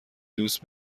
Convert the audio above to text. دوست